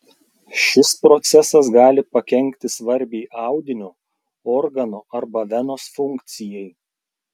šis procesas gali pakenkti svarbiai audinio organo arba venos funkcijai